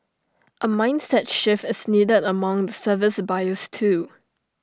A mindset shift is needed among the service buyers too